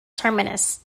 terminus